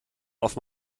auf